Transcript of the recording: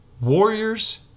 Warriors